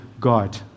God